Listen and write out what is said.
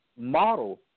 model